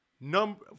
number